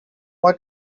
why